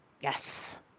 yes